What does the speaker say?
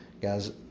Guys